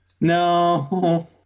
No